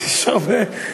יש לך לאן לחתור.